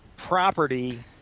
property